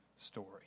story